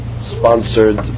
sponsored